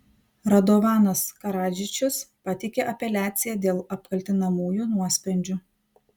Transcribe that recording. radovanas karadžičius pateikė apeliaciją dėl apkaltinamųjų nuosprendžių